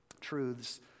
truths